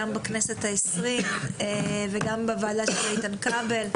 גם בכנסת ה-20 וגם בוועדה של איתן כבל.